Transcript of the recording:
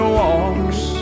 walks